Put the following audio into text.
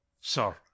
sir